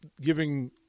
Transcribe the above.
giving